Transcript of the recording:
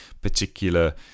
particular